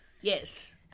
Yes